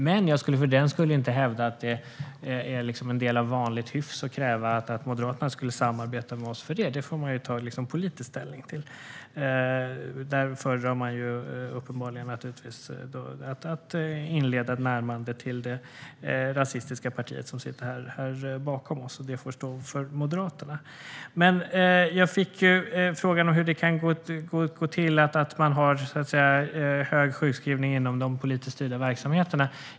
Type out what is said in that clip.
Men jag skulle inte för den skull hävda att det är en del av vanligt hyfs att Moderaterna ska samarbeta med oss för det. Det får man ju ta politisk ställning till. Moderaterna föredrar uppenbarligen att inleda ett närmande till det rasistiska parti vars företrädare sitter här bakom oss. Det får stå för Moderaterna. Jag fick frågan hur det kan komma sig att man har höga sjukskrivningar i de politiskt styrda verksamheterna.